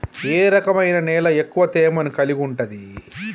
ఏ రకమైన నేల ఎక్కువ తేమను కలిగుంటది?